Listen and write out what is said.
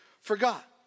forgot